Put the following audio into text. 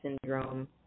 syndrome